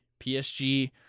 PSG